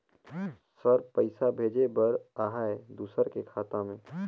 Sir पइसा भेजे बर आहाय दुसर के खाता मे?